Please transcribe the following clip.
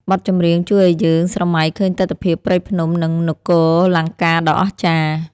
បទចម្រៀងជួយឱ្យយើងស្រមៃឃើញទិដ្ឋភាពព្រៃភ្នំ និងនគរលង្កាដ៏អស្ចារ្យ។